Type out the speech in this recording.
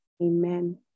amen